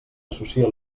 associa